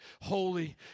holy